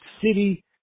city